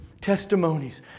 testimonies